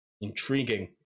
intriguing